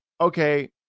okay